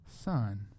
son